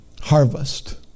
harvest